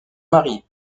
mari